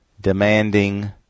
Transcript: demanding